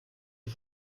die